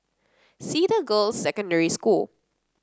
Cedar Girls' Secondary School